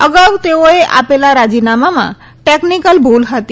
અગાઉ તેઓએ આલેલા રાજીનામામાં ટેકનીકલ ભૂલ હતી